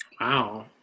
Wow